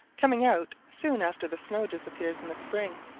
coming out soon after the snow disappears in the spring.